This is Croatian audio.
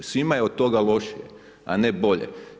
Svima je od toga lošije, a ne bolje.